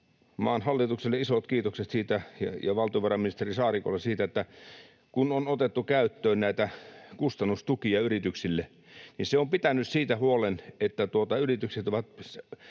Maan hallitukselle ja valtiovarainministeri Saarikolle isot kiitokset siitä, että on otettu käyttöön kustannustukia yrityksille. Se on pitänyt siitä huolen, että yritykset ovat